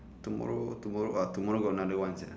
tomorrow tomorrow ah got another one sia